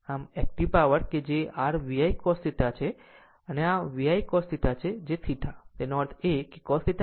આમ active power કે જે r VI cos θ છે આ VI cos θ છે θ તેનો અર્થ cos θ pVI છે